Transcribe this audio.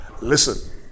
Listen